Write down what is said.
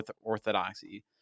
orthodoxy